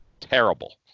terrible